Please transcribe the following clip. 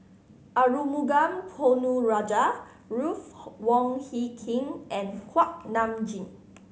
Arumugam Ponnu Rajah Ruth Wong Hie King and Kuak Nam Jin